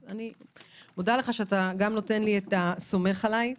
אני מודה לך שאתה סומך עליי.